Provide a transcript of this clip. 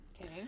Okay